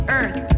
earth